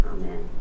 Amen